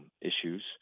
issues